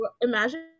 imagine